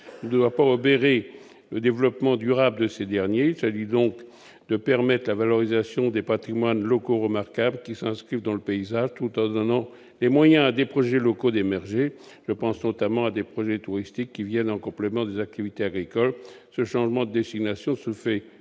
ne doit pas obérer le développement durable de ces derniers. Il s'agit donc de permettre la valorisation des patrimoines locaux remarquables qui s'inscrivent dans le paysage tout en donnant les moyens à des projets locaux d'émerger ; je pense notamment à des projets touristiques venant en complément des activités agricoles. Ce changement de destination se ferait